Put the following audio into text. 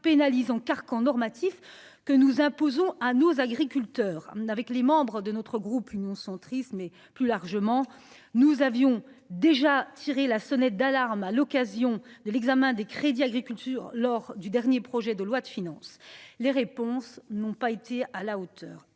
pénalisant carcan normatif que nous imposons à nos agriculteurs, avec les membres de notre groupe Union centriste, mais plus largement, nous avions déjà tiré la sonnette d'alarme à l'occasion de l'examen des crédits agriculture lors du dernier projet de loi de finances. Les réponses n'ont pas été à la hauteur